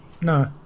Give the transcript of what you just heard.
No